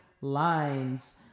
lines